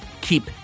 keep